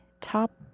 top